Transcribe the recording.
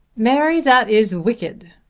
mary, that is wicked.